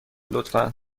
لطفا